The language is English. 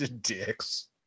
Dicks